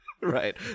Right